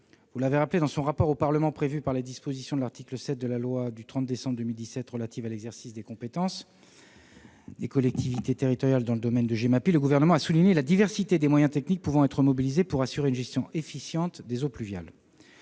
vous l'avez rappelé, dans son rapport au Parlement prévu par les dispositions de l'article 7 de la loi du 30 décembre 2017 relative à l'exercice des compétences des collectivités territoriales dans le domaine de la Gemapi, le Gouvernement a souligné la diversité des moyens techniques pouvant être mobilisés pour assurer une gestion efficiente des eaux pluviales.